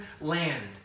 land